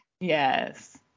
Yes